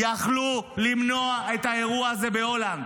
יכלו למנוע את האירוע הזה בהולנד.